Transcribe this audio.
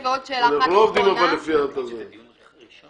זה דיון ראשון